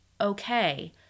okay